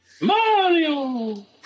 Mario